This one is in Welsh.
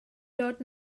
dod